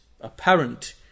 apparent